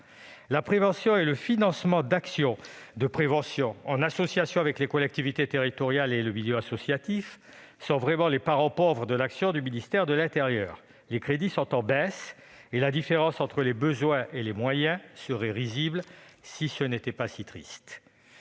La prévention et le financement d'actions de prévention en association avec les collectivités territoriales et le milieu associatif sont vraiment les parents pauvres de l'action du ministère de l'intérieur. Les crédits sont en baisse : la différence entre les besoins et les moyens serait risible si ce n'était pas si triste.